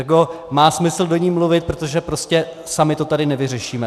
Ergo má smysl do ní mluvit, protože prostě sami to tady nevyřešíme.